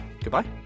Goodbye